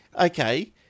okay